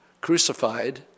crucified